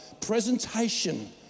presentation